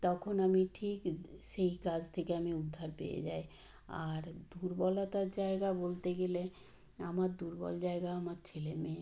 তখন আমি ঠিক সেই কাজ থেকে আমি উদ্ধার পেয়ে যাই আর দুর্বলতার জায়গা বলতে গেলে আমার দুর্বল জায়গা আমার ছেলে মেয়ে